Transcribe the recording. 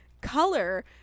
color